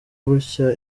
gutya